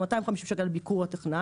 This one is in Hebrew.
או מאתיים חמישים שקל על ביקור הטכנאי,